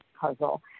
puzzle